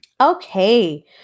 Okay